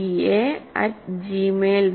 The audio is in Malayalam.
com